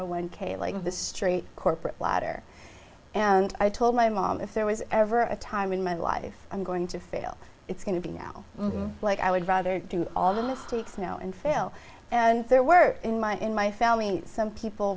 a one k like this street corporate ladder and i told my mom if there was ever a time in my life i'm going to fail it's going to be now i'm like i would rather do all the mistakes now and fail and there were in my in my fellow mean some people